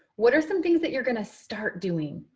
what are some things that you're going to start doing?